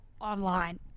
online